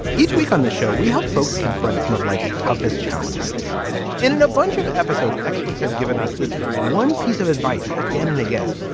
each week on the show, we help folks confront some of life's toughest challenges in a bunch of episodes experts have given us this one piece of advice again and again,